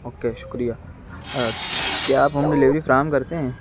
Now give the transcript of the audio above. okay شکریہ کیا آپ ہوم ڈلیوری فراہم کرتے ہیں